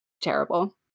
Terrible